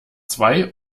zwei